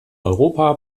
europa